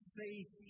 faith